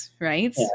right